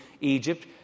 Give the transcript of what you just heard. Egypt